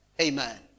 Amen